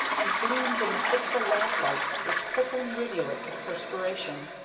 and gleamed in the fitful lamp-light with trickling rivulets of perspiration.